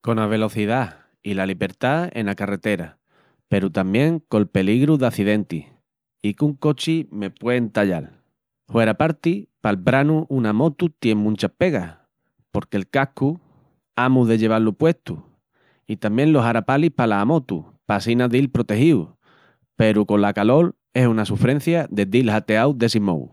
Cona velocidá i la libertá ena carretera peru tamién col peligru d'acidentis i qu'un cochi me pué entallal. Hueraparti pal branu una amotu tié munchas pegas, porque el cascu amus de llevá-lu puestu i tamién los harapalis pala amotu pa assina dil protegíus, peru cola calol es una sufrencia de dil jateau dessi mou.